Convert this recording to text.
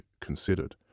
considered